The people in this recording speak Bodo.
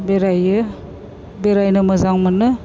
बेरायो बेरायनो मोजां मोनो